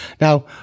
Now